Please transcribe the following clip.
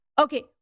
Okay